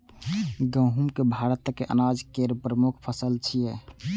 गहूम भारतक अनाज केर प्रमुख फसल छियै